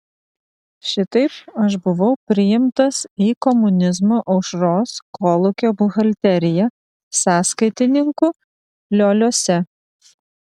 šitaip aš buvau priimtas į komunizmo aušros kolūkio buhalteriją sąskaitininku lioliuose